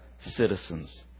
citizens